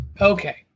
Okay